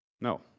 No